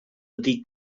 ydy